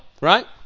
right